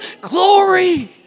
glory